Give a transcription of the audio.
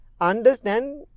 understand